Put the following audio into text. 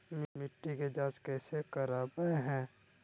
मिट्टी के जांच कैसे करावय है?